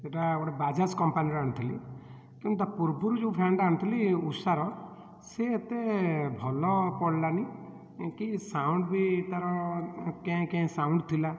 ଏଟା ଗୋଟେ ବାଜାଜ କମ୍ପାନୀର ଆଣିଥିଲି କିନ୍ତୁ ତା ପୂର୍ବରୁ ଯେଉଁ ଫ୍ୟାନ୍ଟା ଆଣିଥିଲି ଉଷାର ସିଏ ଏତେ ଭଲ ପଡ଼ିଲାନି କି ସାଉଣ୍ଡ୍ ବି ତା'ର କେଁ କେଁ ସାଉଣ୍ଡ୍ ଥିଲା